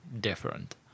different